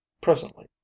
Presently